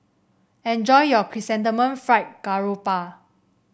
enjoy your Chrysanthemum Fried Garoupa